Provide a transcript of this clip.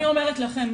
אני אומרת לכם,